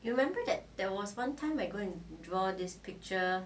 you remember that there was one time I go and draw this picture